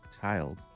child